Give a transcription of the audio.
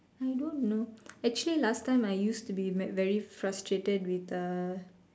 I don't know actually last time I used to be ve~ very frustrated with uh